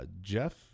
jeff